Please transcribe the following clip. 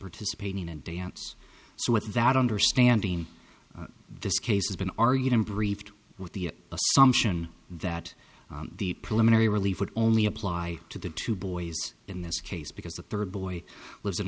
participating and dance so with that understanding this case has been argued and briefed with the assumption that the preliminary relief would only apply to the two boys in this case because the third boy lives in